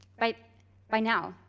by by now,